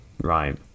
Right